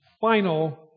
Final